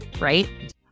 right